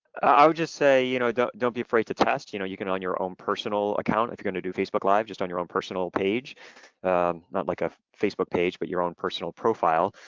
i would just say you know don't don't be afraid to test, you know you can own your own personal account if you're gonna do facebook live just on your own personal page not like a facebook page but your own personal profile.